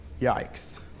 Yikes